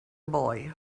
boy